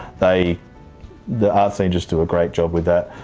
the the art scene just do a great job with that,